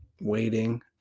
waiting